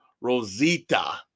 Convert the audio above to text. Rosita